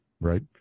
right